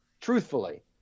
Truthfully